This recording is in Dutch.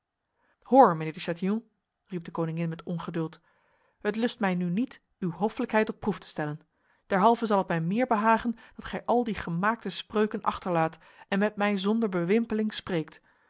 mijnheer de chatillon riep de koningin met ongeduld het lust mij nu niet uw hoflijkheid op proef te stellen derhalve zal het mij meer behagen dat gij al die gemaakte spreuken achterlaat en met mij zonder bewimpeling spreekt